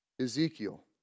Ezekiel